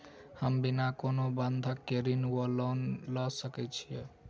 हम बिना कोनो बंधक केँ ऋण वा लोन लऽ सकै छी?